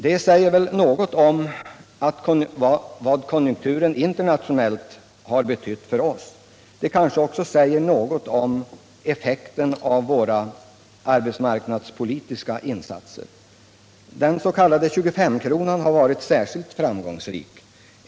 Det säger väl något om vad den internationella konjunkturen har betytt för oss. Det kanske också säger något om effekten av våra arbetsmarknadspolitiska insatser. Den s.k. 25-kronan har varit särskilt framgångsrik.